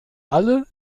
alle